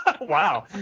Wow